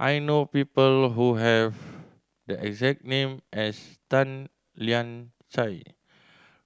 I know people who have the exact name as Tan Lian Chye